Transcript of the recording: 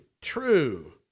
true